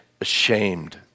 ashamed